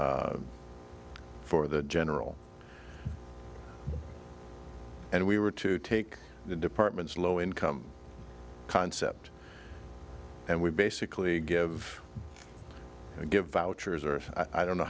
for the general and we were to take the department's low income concept and we basically give and give vouchers or i don't know